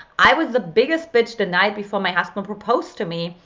i was the biggest bitch the night before my husband proposed to me.